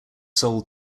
sold